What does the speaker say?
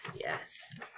Yes